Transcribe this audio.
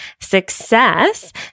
success